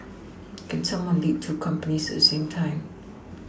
can someone lead two companies at the same time